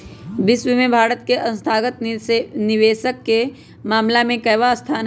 विश्व में भारत के संस्थागत निवेशक के मामला में केवाँ स्थान हई?